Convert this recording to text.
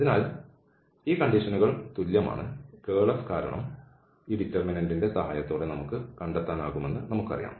അതിനാൽ ഈ വ്യവസ്ഥകൾ തുല്യമാണ് ഈ കേൾ F കാരണം ഈ ഡിറ്റർമിനന്റിന്റെ സഹായത്തോടെ നമുക്ക് കണ്ടെത്താനാകുമെന്ന് നമുക്കറിയാം